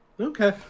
okay